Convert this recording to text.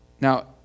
Now